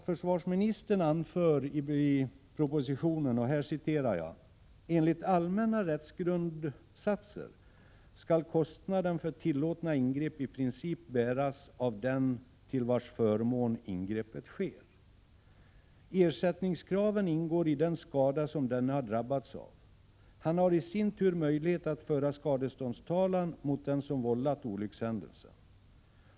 Försvarsministern anförde i propositionen att ”enligt allmänna rättsgrundsatser skall kostnaden för tillåtna ingrepp i princip bäras av den till vars förmån ingreppet sker. Ersättningskraven ingår i den skada som denne har drabbats av. Han har i sin tur möjlighet att föra skadeståndstalan mot den som vållat olyckshändelsen.